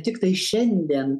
tiktai šiandien